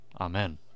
Amen